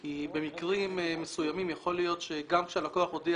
כי במקרים מסוימים יכול להיות שגם כשהלקוח הודיע